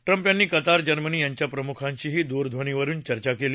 Trump यांनी Qatar Germany यांच्या प्रमुखांशीही दूरध्वनीवरुन चर्चा केली